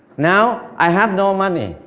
now, i have no money,